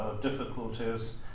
difficulties